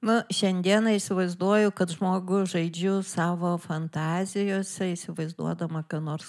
nu šiandieną įsivaizduoju kad žmogų žaidžiu savo fantazijose įsivaizduodama ką nors